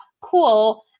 Cool